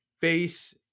face –